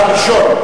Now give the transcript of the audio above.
הראשון.